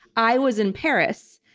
i was in paris,